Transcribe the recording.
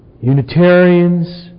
Unitarians